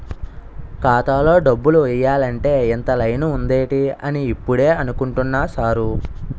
ఖాతాలో డబ్బులు ఎయ్యాలంటే ఇంత లైను ఉందేటి అని ఇప్పుడే అనుకుంటున్నా సారు